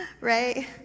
right